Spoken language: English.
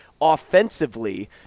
offensively